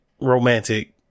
romantic